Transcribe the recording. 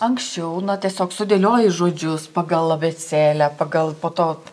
anksčiau na tiesiog sudėlioji žodžius pagal abėcėlę pagal po to